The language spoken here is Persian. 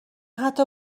حتی